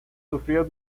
sufrió